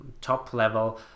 top-level